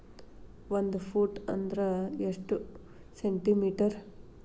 ಒಂದು ಫೂಟ್ ಅಂದ್ರ ಎಷ್ಟು ಸೆಂಟಿ ಮೇಟರ್?